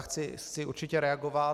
Chci určitě reagovat.